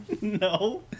No